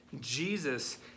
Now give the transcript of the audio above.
Jesus